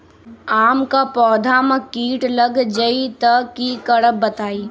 आम क पौधा म कीट लग जई त की करब बताई?